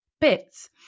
bits